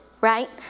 right